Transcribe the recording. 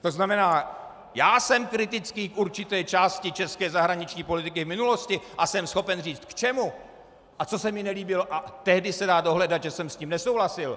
To znamená, já jsem kritický k určité části české zahraniční politiky minulosti a jsem schopen říct, k čemu a co se mi nelíbilo, a dá se dohledat, že jsem s tím tehdy nesouhlasil.